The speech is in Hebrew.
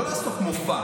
לא לעשות מופע,